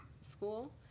school